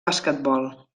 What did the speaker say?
basquetbol